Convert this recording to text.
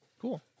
cool